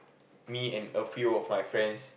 me and a few of my friends